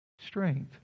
Strength